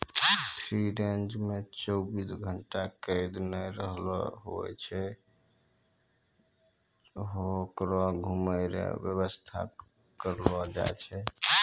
free range मे चौबीस घंटा कैद नै रहना हुवै छै होकरो घुमै रो वेवस्था करलो जाय छै